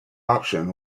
option